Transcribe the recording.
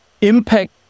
impact